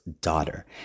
daughter